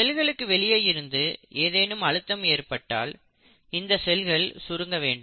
செல்களுக்கு வெளியே இருந்து ஏதேனும் அழுத்தம் ஏற்பட்டால் இந்த செல்கள் சுருங்க வேண்டும்